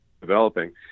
developing